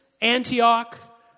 Antioch